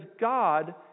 God